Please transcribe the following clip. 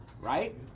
right